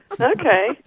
Okay